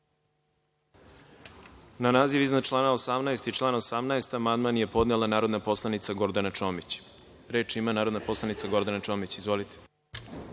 Na naziv iznad člana 18. i član 18. amandman je podnela narodna poslanica Gordana Čomić. Reč ima narodna poslanica Gordana Čomić. Izvolite.